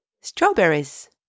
Strawberries